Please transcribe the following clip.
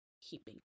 keeping